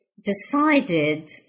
decided